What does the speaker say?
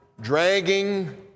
dragging